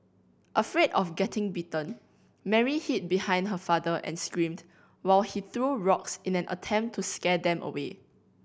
afraid of getting bitten Mary hid behind her father and screamed while he threw rocks in an attempt to scare them away